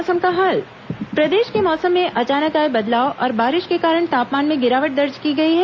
मौसम प्रदेश के मौसम में अचानक आए बदलाव और बारिश के कारण तापमान में गिरावट दर्ज की गई है